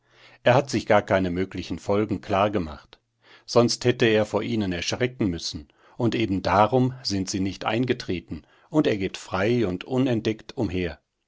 er hat sich gar keine möglichen folgen klar gemacht sonst hätte er vor ihnen erschrecken müssen und eben darum sind sie nicht eingetreten und er geht frei und unentdeckt umher